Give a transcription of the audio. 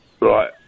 Right